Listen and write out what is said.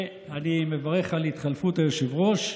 אני מברך על התחלפות היושב-ראש.